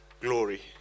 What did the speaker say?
glory